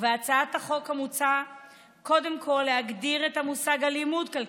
בהצעת החוק מוצע קודם כול להגדיר את המושג אלימות כלכלית.